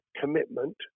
commitment